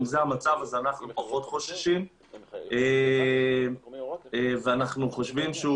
אם זה המצב אז אנחנו פחות חוששים ואנחנו חושבים שהוא